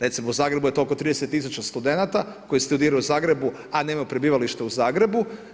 Recimo u Zagrebu je to oko 30 tisuća studenata koji studiraju u Zagrebu a nemaju prebivalište u Zagrebu.